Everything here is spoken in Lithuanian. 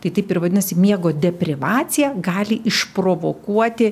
tai taip ir vadinasi miego deprivacija gali išprovokuoti